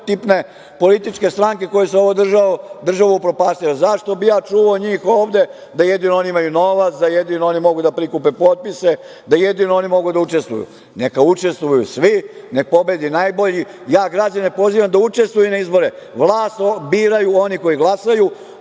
stereotipne političke stranke koje su ovu državu upropastile? Zašto bih ja čuvao njih ovde da jedino oni ovde imaju novac, da jedino oni mogu da prikupe potpise, da jedino oni mogu da učestvuju. Neka učestvuju svi, neka pobedi najbolji. Ja građane pozivam da učestvuju na izborima. Vlast biraju oni koji glasaju,